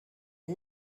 pas